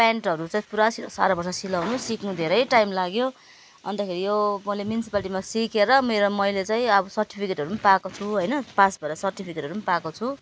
पेन्टहरू चाहिँ पुरा सि साह्रो पर्छ सिलाउनु सिक्नु धेरै टाइम लाग्यो अन्तखेरि यो मैले म्युनिसिपालिटीमा सिकेर मेरो मैले चाहिँ अब सर्टिफिकेटहरू पाएको छु होइन पास भएर सर्टिफिकेटहरू पाएको छु